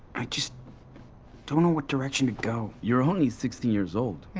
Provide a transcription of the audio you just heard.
i just don't know what direction to go. you're only sixteen years old.